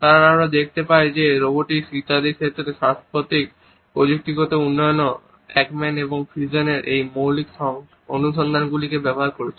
কারণ আমরা দেখতে পাই যে রোবোটিক্স ইত্যাদির ক্ষেত্রে সাম্প্রতিক প্রযুক্তিগত উন্নয়নগুলিও একম্যান এবং ফ্রিজেনের এই মৌলিক অনুসন্ধানগুলিকে ব্যবহার করছে